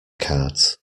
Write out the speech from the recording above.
cards